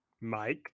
Mike